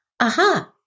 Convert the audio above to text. aha